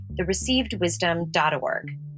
thereceivedwisdom.org